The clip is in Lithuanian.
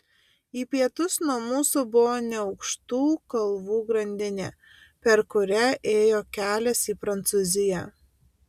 į pietus nuo mūsų buvo neaukštų kalvų grandinė per kurią ėjo kelias į prancūziją